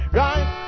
right